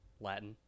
latin